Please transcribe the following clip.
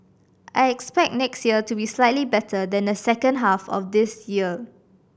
I expect next year to be slightly better than the second half of this year